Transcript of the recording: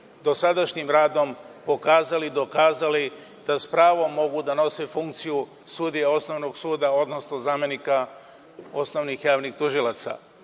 dosadašnjim radom pokazali, dokazali da s pravom mogu da nose funkciju sudija osnovnog suda, odnosno zamenika osnovnih javnih tužilaca.